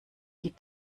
die